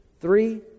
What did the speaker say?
three